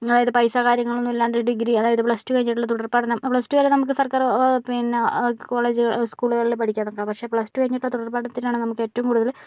അതായത് പൈസ കാര്യങ്ങളൊന്നും ഇല്ലാണ്ട് ഡിഗ്രി അതായത് പ്ലസ് ടു കഴിഞ്ഞിട്ടുള്ള തുടർപഠനം പ്ലസ് ടു വരെ നമുക്ക് സർക്കാര് പിന്നെ കോളേജ് സ്കൂളുകളില് പഠിക്കാൻ പറ്റുള്ളൂ പക്ഷെ പ്ലസ് ടു കഴിഞ്ഞിട്ട് തുടർപഠനത്തിനാണ് നമുക്കേറ്റവും കൂടുതല്